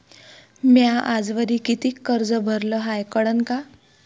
म्या आजवरी कितीक कर्ज भरलं हाय कळन का?